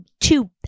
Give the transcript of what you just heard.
two